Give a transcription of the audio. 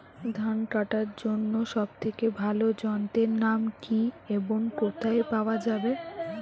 ধান কাটার জন্য সব থেকে ভালো যন্ত্রের নাম কি এবং কোথায় পাওয়া যাবে?